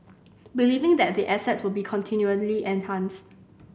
believing that the asset will be continuously enhanced